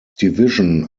division